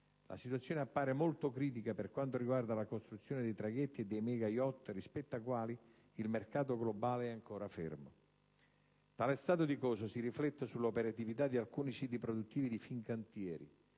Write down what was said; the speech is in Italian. La situazione appare molto critica per quanto riguarda la costruzione dei traghetti e dei mega-*yacht*, rispetto ai quali il mercato globale è ancora fermo. Tale stato di cose si riflette sull'operatività di alcuni siti produttivi di Fincantieri,